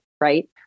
Right